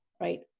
right